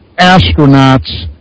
astronauts